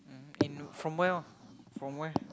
um in from where [one] from where